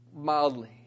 mildly